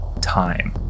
time